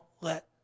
let